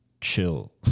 chill